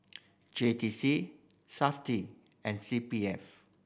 J T C Safti and C P F